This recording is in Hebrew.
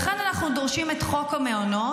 לכן אנחנו דורשים את חוק המעונות,